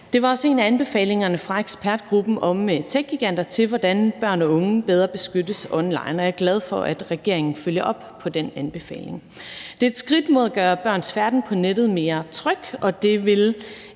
Det var også en af anbefalingerne fra ekspertgruppen om techgiganter, i forhold til hvordan børn og unge bedre beskyttes online, og jeg er glad for, at regeringen følger op på den anbefaling. Det er et skridt mod at gøre børns færden på nettet mere tryg, og det vil